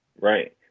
Right